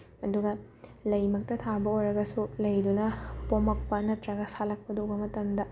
ꯑꯗꯨꯒ ꯂꯩ ꯃꯛꯇ ꯊꯥꯕ ꯑꯣꯏꯔꯒꯁꯨ ꯂꯩꯗꯨꯅ ꯄꯣꯝꯃꯛꯄ ꯅꯠꯇ꯭ꯔꯒ ꯁꯥꯠꯂꯛꯄꯗꯣ ꯎꯕ ꯃꯇꯝꯗ